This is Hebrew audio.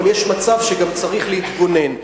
אבל יש מצב שגם צריך להתגונן,